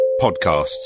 podcasts